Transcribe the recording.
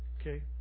okay